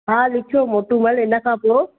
हा लिखियो मोटूमल हिनखां पोइ